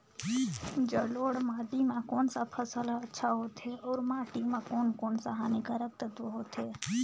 जलोढ़ माटी मां कोन सा फसल ह अच्छा होथे अउर माटी म कोन कोन स हानिकारक तत्व होथे?